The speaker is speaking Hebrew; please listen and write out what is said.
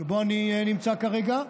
שבו אני נמצא כרגע,